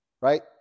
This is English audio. right